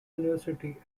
university